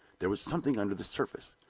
there was something under the surface,